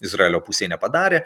izraelio pusei nepadarė